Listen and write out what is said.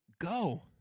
go